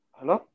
Hello